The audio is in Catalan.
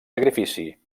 sacrifici